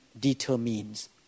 determines